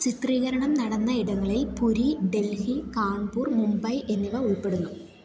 ചിത്രീകരണം നടന്ന ഇടങ്ങളിൽ പുരി ഡൽഹി കാൺപുർ മുംബൈ എന്നിവ ഉൾപ്പെടുന്നു